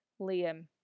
Liam